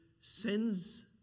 sends